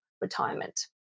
retirement